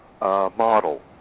model